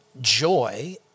joy